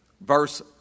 Verse